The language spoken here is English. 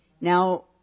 Now